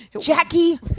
Jackie